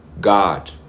God